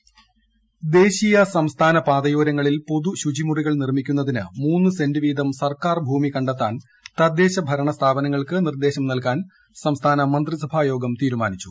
മന്ത്രിസഭ ശുചിമുറി നിർമ്മാണം ദേശീയ സംസ്ഥാന പാതയോരങ്ങളിൽ പൊതു ശുചിമുറികൾ നിർമ്മിക്കുന്നതിന് മൂന്നു സെന്റ് വീതം സർക്കാർ ഭൂമി കണ്ടെത്താൻ തദ്ദേശ ഭരണ സ്ഥാപനങ്ങൾക്ക് നിർദേശം നൽകാൻ സംസ്ഥാന മന്ത്രിസഭായോഗം തീരുമാനിച്ചു